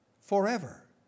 forever